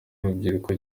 urubyiruko